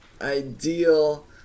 ideal